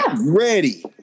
ready